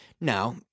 Now